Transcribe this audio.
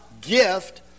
gift